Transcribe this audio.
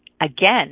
Again